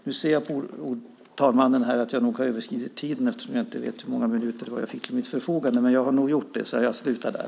Nu ser jag på fru talmannen att jag nog har överskridit min anmälda talartid, så jag slutar där.